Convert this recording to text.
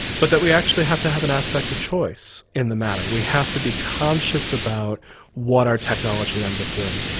but that we actually have to have an aspect of choice in the matter. we have to be conscious about what our technology ends up doing.